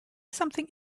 something